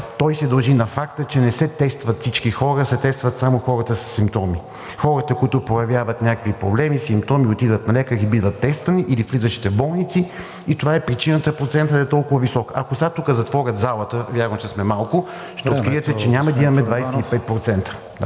Той се дължи на факта, че не се тестват всички хора, а се тестват само хората със симптоми – хората, които проявяват някакви проблеми, симптоми и отиват на лекар, и биват тествани, или влизащите в болници. Това е причината процентът да е толкова висок. Ако сега тук затворят залата, вярно, че сме малко, но ще видите, че няма да имаме 25%.